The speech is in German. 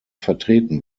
vertreten